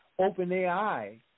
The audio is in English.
OpenAI